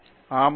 பேராசிரியர் பி